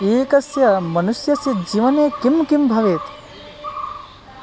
एकस्य मनुष्यस्य जीवने किं किं भवेत्